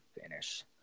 finish